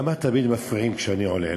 למה תמיד מפריעים כשאני עולה?